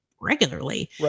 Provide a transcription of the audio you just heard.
regularly